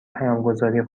پیامگذاری